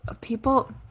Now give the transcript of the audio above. people